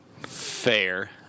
Fair